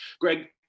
Greg